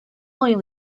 oil